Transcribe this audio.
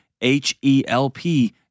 H-E-L-P